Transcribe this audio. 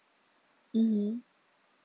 mmhmm